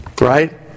right